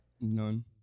none